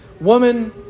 woman